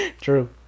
true